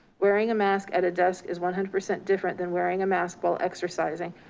wearing a mask at a desk is one hundred percent different than wearing a mask while exercising.